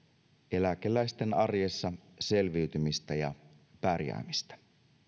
eläkeläisten arjessa selviytymistä ja pärjäämistä